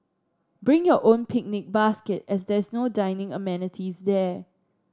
bring your own picnic basket as there's no dining amenities there